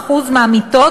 17% מהמיטות,